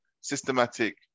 systematic